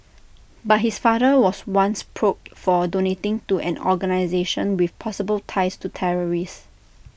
but his father was once probed for donating to an organisation with possible ties to terrorists